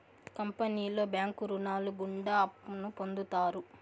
కంపెనీలో బ్యాంకు రుణాలు గుండా అప్పును పొందుతారు